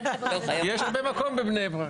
יש הרבה מקום בבני ברק.